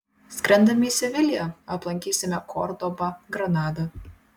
skrendame į seviliją aplankysime kordobą granadą